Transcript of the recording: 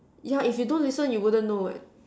yeah if you don't listen you wouldn't know what